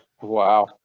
Wow